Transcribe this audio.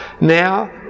now